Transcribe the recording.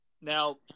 Now